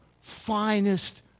finest